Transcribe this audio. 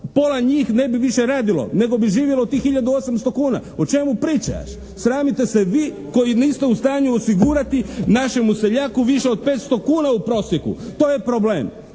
pola njih više ne bi radilo, nego bi živjelo od tih 1800 kuna. O čemu pričaš? Sramite se vi koji niste u stanju osigurati našemu seljaku više od 500 kuna u prosjeku. To je problem.